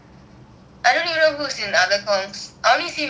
I don't even know who is in other committees I only see my committee that is all